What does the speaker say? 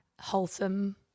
wholesome